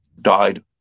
died